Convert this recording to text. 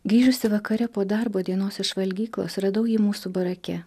grįžusi vakare po darbo dienos iš valgyklos radau jį mūsų barake